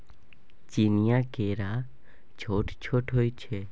चीनीया केरा छोट छोट होइ छै